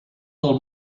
del